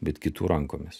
bet kitų rankomis